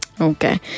okay